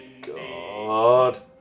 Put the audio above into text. God